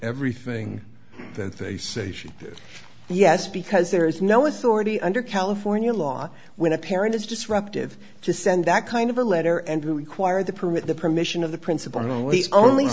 everything that they say she did yes because there is no was already under california law when a parent is disruptive to send that kind of a letter and require the permit the permission of the principal